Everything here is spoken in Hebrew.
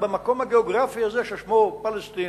פלסטינים, במקום הגיאוגרפי הזה ששמו "פלשתינה"